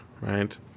right